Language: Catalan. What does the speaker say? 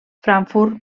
frankfurt